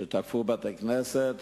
שתקפו בתי-כנסת